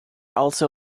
also